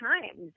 times